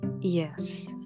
Yes